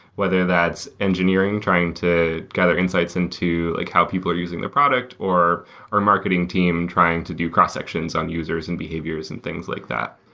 whether that's engineering trying to gather insights into like how people are using their product, or or marketing team trying to do cross sections on users and behaviors and things like that.